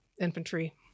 infantry